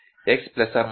e r zz